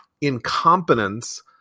incompetence